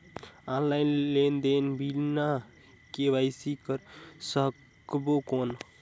Online लेनदेन बिना KYC कर सकबो कौन??